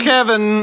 Kevin